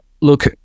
look